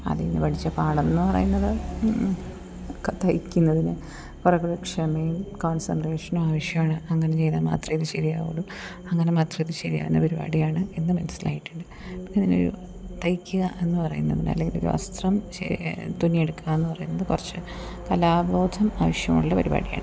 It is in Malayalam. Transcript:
അതിൽ നിന്ന് പഠിച്ച പാഠം എന്നു പറയുന്നത് ഒക്കെ തയ്യിക്കുന്നതിന് കുറേക്കൂടി ക്ഷമയും കോൺസെൻട്രേഷനും ആവശ്യമാണ് അങ്ങനെ ചെയ്താൽ മാത്രമേ ഇത് ശരിയാവുള്ളൂ അങ്ങനെ മാത്രമേ ഇത് ശരിയാവുന്ന പരിപാടിയാണ് എന്ന് മനസ്സിലായിട്ടുണ്ട് അപ്പോൾ ഇതിനൊരു തയ്യിക്കുക എന്നു പറയുന്നതിന് അല്ലെങ്കിലൊരു വസ്ത്രം തുന്നിയെടുക്കാമെന്നു പറയുന്നത് കുറച്ച് കലാബോധം ആവശ്യമുള്ള പരിപാടിയാണ്